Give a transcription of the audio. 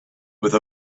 with